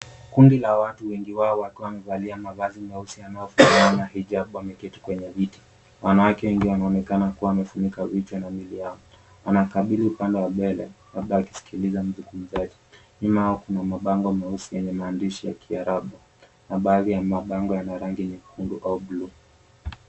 Kundi la watu wengi wao wakiwa wamevalia mavazi meusi yanayofanana na hijabu wameketi kwenye viti. Wanawake wengi wanaonekana kuwa wamefunika vichwa na miili yao. Wanakabili upande wa mbele labda wakisikiliza mzungumzaji. Nyuma yao kuna mabango meusi yenye maandishi ya kiarabu na baadhi ya mabango yana rangi nyekundu au buluu.